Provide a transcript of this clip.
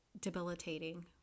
debilitating